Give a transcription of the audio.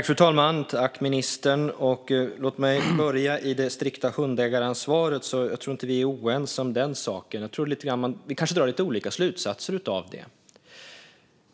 Fru talman och ministern! Låt mig börja i det strikta hundägaransvaret. Jag tror inte att vi är oense om den saken, men jag tror att vi kanske drar lite olika slutsatser av det.